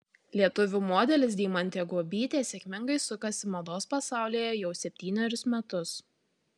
lietuvių modelis deimantė guobytė sėkmingai sukasi mados pasaulyje jau septynerius metus